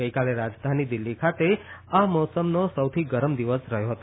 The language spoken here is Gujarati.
ગઈકાલે રાજધાની દિલ્હી ખાતે આ મોસમનો સૌથી ગરમ દિવસ રહયો હતો